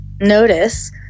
notice